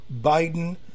Biden